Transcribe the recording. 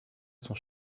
son